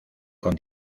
con